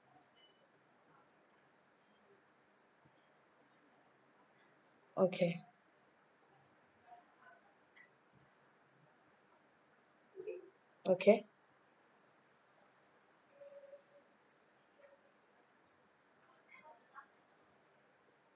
okay okay